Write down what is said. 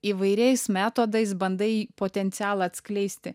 įvairiais metodais bandai potencialą atskleisti